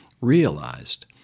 realized